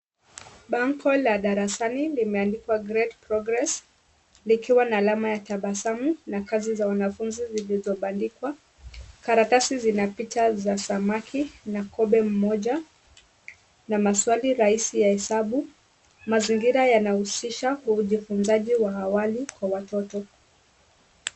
Ali bango la darasani limeandikwa, Great Progress, likiwa na alama ya tabasamu, na kazi za wanafunzi zilizobandikwa. Karatasi zina picha za samaki na kobe mmoja, na maswali rahisi ya hesabu. Mazingira yanahusisha kujifunzaji wa awali kwa watoto.